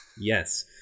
yes